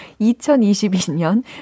2022년